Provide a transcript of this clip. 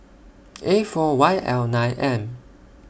A four Y L nine M